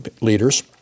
leaders